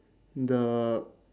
the